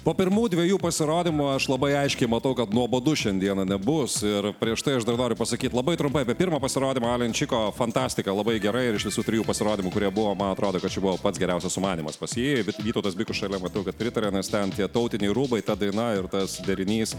po pirmų dviejų pasirodymų aš labai aiškiai matau kad nuobodu šiandieną nebus ir prieš tai aš dar noriu pasakyti labai trumpai apie pirmą pasirodymą alenčiko fantastika labai gerai ir iš visų trijų pasirodymų kurie buvo man atrodo kad čia buvo pats geriausias sumanymas pasiėmęs vytautas bikus šalia matau kad pritarė nes ten tie tautiniai rūbai ta daina ir tas derinys